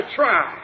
try